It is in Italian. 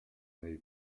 nei